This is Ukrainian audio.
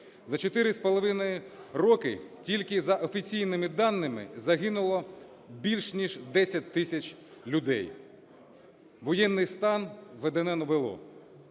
роки тільки за офіційними даними загинуло більше ніж 10 тисяч людей. Воєнний стан введено